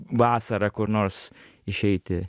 vasarą kur nors išeiti